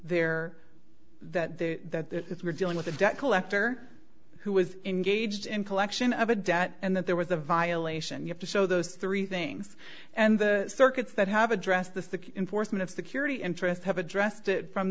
show that there that the we're dealing with a debt collector who was engaged in collection of a debt and that there was a violation you have to show those three things and the circuits that have addressed the enforcement of security interests have addressed it from